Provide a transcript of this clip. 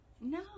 No